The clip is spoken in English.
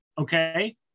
okay